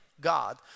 God